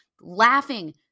laughing